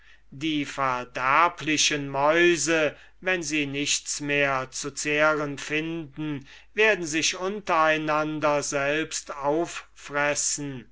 die verderblichen mäuse wenn sie nichts mehr zu zehren finden werden sich unter einander selbst auffressen